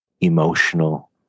emotional